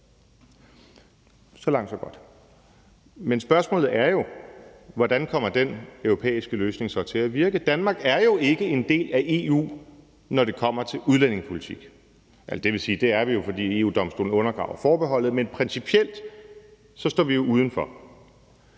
Så langt, så godt. Men spørgsmålet er jo, hvordan den europæiske løsning så kommer til at virke. Danmark er jo ikke en del af EU, når det kommer til udlændingepolitik – eller det vil sige, det er vi jo, fordi EU-Domstolen undergraver forbeholdet, men principielt står vi uden for.